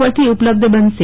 ઉપરથી ઉપલબ્ધ બનશે